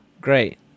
great